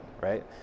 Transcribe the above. right